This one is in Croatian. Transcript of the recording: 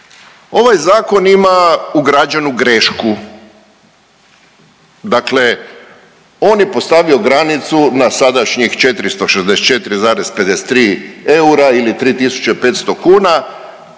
Ovaj zakon ima ugrađenu grešku. Dakle, on je postavio granicu na sadašnjih 464,53 eura ili 3.500 kuna,